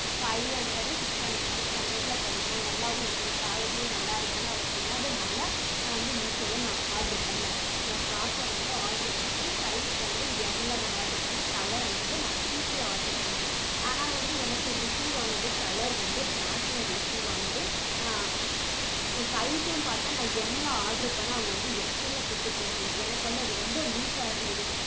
five hundred six hundred six ஹண்ட்ரடில் கிடைக்கும் நல்லாவும் இருக்கும் குவாலிட்டியும் நல்லா இருக்கும்ன்னு அவள் சொன்னதுனால் நான் வந்து மீஷோவில் நான் ஆர்டர் பண்ணேன் நான் ஃப்ராக்கை வந்து ஆர்டர் பண்ணேன் சைஸ் வந்து எம்மில் நான் ஆர்டர் பண்ணேன் கலர் வந்து நான் பிங்க்கில் ஆர்டர் பண்ணேன் ஆனால் வந்து எனக்கு ரிசீவ் ஆனது கலர் வந்து ப்ளாக்கில் ரிசீவ் ஆனது சைஸும் பார்த்தா நான் எம்மில் ஆர்டர் பண்ணேன் அவங்க வந்து எக்ஸ்எல்லில் கொடுத்துட்ருந்தாங்க எனக்கு வந்து அது ரொம்ப லூஸாக இருந்தது